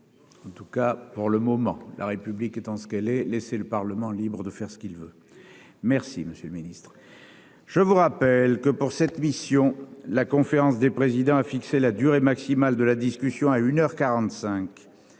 Et pas. Cas pour le moment la République étant ce qu'elle ait laissé le Parlement libre de faire ce qu'il veut, merci monsieur le Ministre. Je vous rappelle que pour cette mission, la conférence des présidents a fixé la durée maximale de la discussion à une